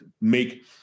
make